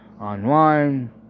online